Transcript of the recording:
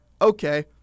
okay